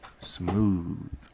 Smooth